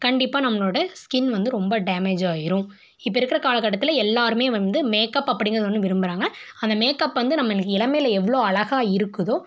கண்டிப்பாக நம்மளோடய ஸ்கின் வந்து ரொம்ப டேமேஸ் ஆகிரும் இப்போ இருக்கிற காலகட்டத்தில் எல்லாரும் வந்து மேக்கப் அப்படிங்கிறத வந்து விரும்புகிறாங்க அந்த மேக்கப் வந்து நம்ம இளமையில் எவ்வளோ அழகாக இருக்குதோ